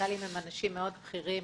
סמנכ"לים הם אנשים מאוד בכירים,